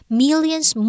millions